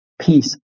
peace